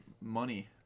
money